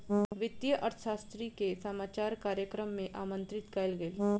वित्तीय अर्थशास्त्री के समाचार कार्यक्रम में आमंत्रित कयल गेल